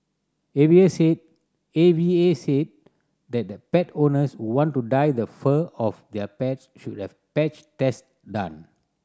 A V A said A V A said that the pet owners who want to dye the fur of their pets should have patch test done